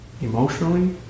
emotionally